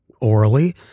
orally